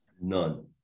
None